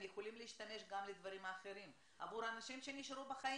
יכולים להשתמש גם לדברים אחרים עבור האנשים שנשארו בחיים?